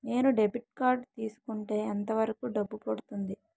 నేను debit card తీసుకుంటే ఎంత వరకు డబ్బు పడుతుంది?